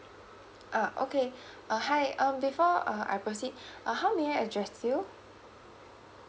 uh okay uh hi um therefore uh I proceed uh how may I address you